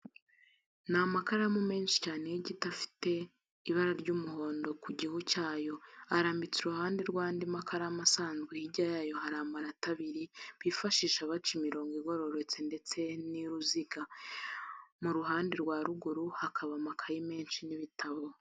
Ni amakaramu menshi cyane y'igiti afite bara ry'umuhondo ku gihu cyayo, arambitse iruhande rw'andi makaramu asanzwe, hirya yayo hari amarati abiri bifashisha baca imirongo igororotse ndetse n'uruziga, mu ruhande rwa ruguru hakaba amakaye menshi n'ibitabo.